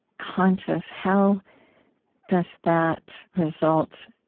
conscious how does that result,